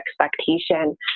expectation